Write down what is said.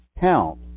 Count